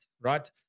right